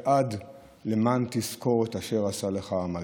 ועד למען תזכור "את אשר עשה לך עמלק".